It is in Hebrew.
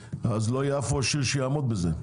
אז לא יהיה אף ראש עיר שיעמוד בזה.